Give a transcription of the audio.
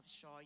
Shaw